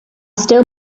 still